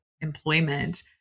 employment